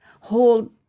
hold